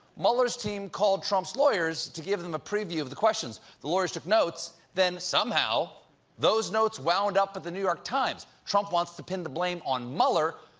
mueller's team called trump's lawyers to give them a preview of the questions. the lawyers took notes, and then somehow those notes wound up at the new york times. trump wants to pin the blame on mueller,